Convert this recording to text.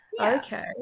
Okay